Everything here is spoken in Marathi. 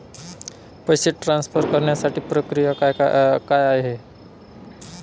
पैसे ट्रान्सफर करण्यासाठीची प्रक्रिया काय आहे?